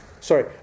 Sorry